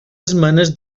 esmenes